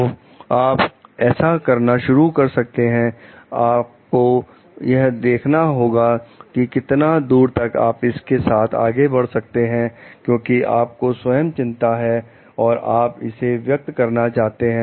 तो आप ऐसा करना शुरू कर सकते आ को यह देखना होगा कि कितनी दूर तक आप इसके साथ आगे बढ़ सकते हैं क्योंकि आपको स्वयं चिंता है और आप इसे व्यक्त करना चाहते हैं